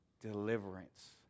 deliverance